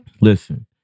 Listen